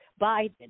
Biden